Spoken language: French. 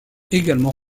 également